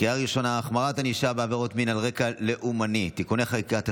החמרת ענישה בעבירות מין על רקע לאומני (תיקוני חקיקה),